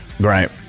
Right